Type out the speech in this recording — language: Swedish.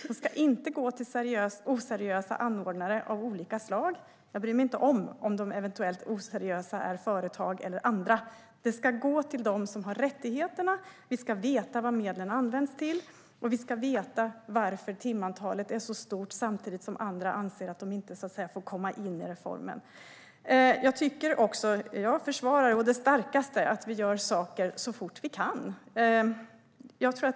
De ska inte gå till oseriösa anordnare av olika slag. Jag bryr mig inte om ifall de eventuellt oseriösa är företag eller andra. Det ska gå till dem som har rättigheterna. Vi ska veta vad medlen används till, och vi ska veta varför timantalet är så stort samtidigt som andra anser att de inte får komma in i reformen. Jag försvarar å det kraftigaste att vi gör saker så fort vi kan.